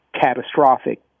catastrophic